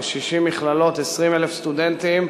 כ-60 מכללות, 20,000 סטודנטים,